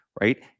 right